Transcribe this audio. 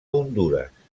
hondures